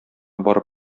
барып